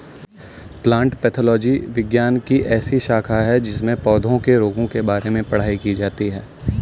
plant pathology विज्ञान की ऐसी शाखा है जिसमें पौधों के रोगों के बारे में पढ़ाई की जाती है